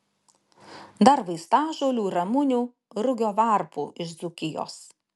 dar vaistažolių ramunių rugio varpų iš dzūkijos